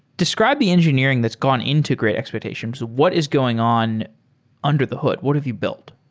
describe the engineering that's gone into great expectations. what is going on under the hood? what have you built?